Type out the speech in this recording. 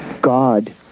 God